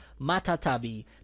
Matatabi